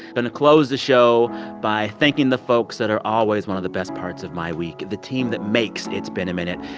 close the show by thanking the folks that are always one of the best parts of my week the team that makes it's been a minute.